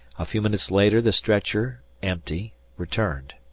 a few minutes later the stretcher empty returned.